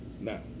Now